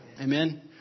Amen